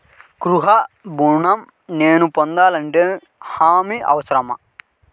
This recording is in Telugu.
గృహ ఋణం నేను పొందాలంటే హామీ అవసరమా?